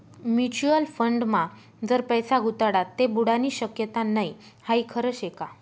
Mutual फंडमा जर पैसा गुताडात ते बुडानी शक्यता नै हाई खरं शेका?